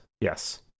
yes